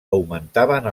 augmentaven